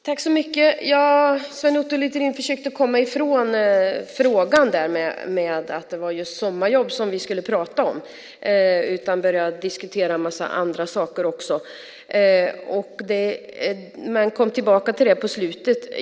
Herr talman! Sven Otto Littorin försökte komma ifrån att det var just sommarjobb vi skulle prata om och började diskutera en massa andra saker också men kom tillbaka till det på slutet.